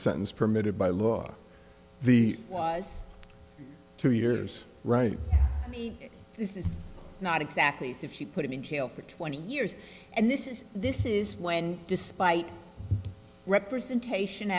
sentence permitted by law the was two years right this is not exactly as if you put him in jail for twenty years and this is this is when despite representation